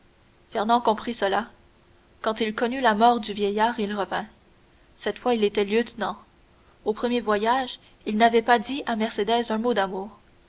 comprit cela quand il connut la mort du vieillard il revint cette fois il était lieutenant au premier voyage il n'avait pas dit à mercédès un mot d'amour